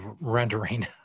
rendering